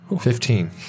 Fifteen